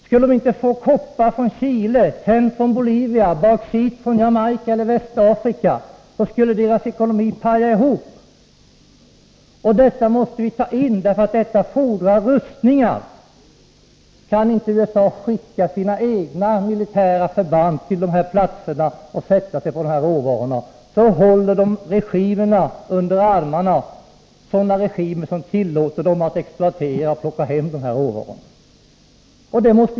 Skulle USA inte få koppar från Chile, tenn från Bolivia och bauxit från Jamaica eller Västafrika, då skulle dess ekonomi falla sönder. Detta måste vi ta in i diskussionen, för detta leder till rustningar. Om inte USA kan skicka sina egna militära förband till dessa länder och sätta sig på råvarorna, så håller USA sådana regimer under armarna som tillåter dem att exploatera och ta hem råvarorna.